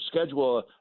schedule